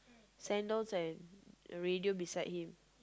sandals and radio beside him